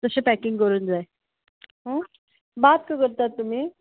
तशें पॅकींग करून जाय हां बात्क करतात तुमी